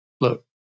Look